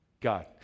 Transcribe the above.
God